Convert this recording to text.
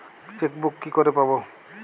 Chequebook কি করে পাবো?